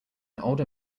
older